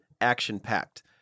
action-packed